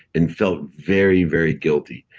and felt very, very guilty.